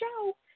show